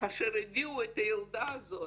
כאשר הביאו את הילדה הזאת.